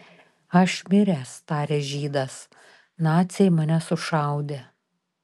aš miręs tarė žydas naciai mane sušaudė